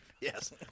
Yes